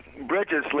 bridges